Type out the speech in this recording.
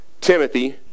Timothy